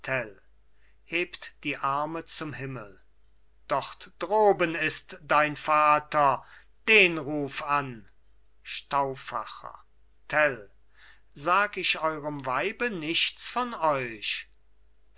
hebt die arme zum himmel dort droben ist dein vater den ruf an stauffacher tell sag ich eurem weibe nichts von euch